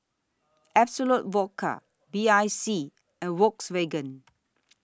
Absolut Vodka B I C and Volkswagen